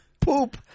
poop